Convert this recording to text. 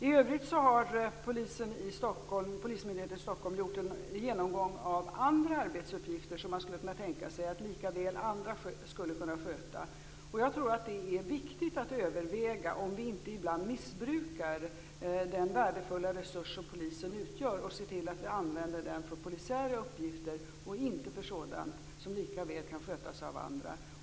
I övrigt har polismyndigheten i Stockholm gjort en genomgång av andra arbetsuppgifter som man skulle kunna tänka sig att andra lika väl skulle kunna sköta. Och jag tror att det är viktigt att se om vi inte ibland missbrukar den värdefulla resurs som polisen utgör. Det är viktigt att se till att vi använder den för polisiära uppgifter och inte för sådant som lika gärna kan skötas av andra.